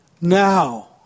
now